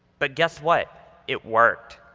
but guess what? it worked.